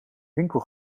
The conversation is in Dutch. winkel